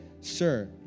sir